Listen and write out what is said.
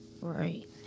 Right